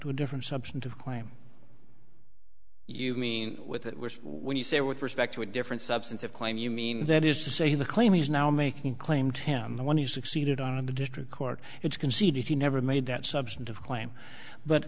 to a different substantive claim you mean with it when you say with respect to a different substance of claim you mean that is to say the claim he's now making claim to him the one who succeeded on the district court it's conceded he never made that substantive claim but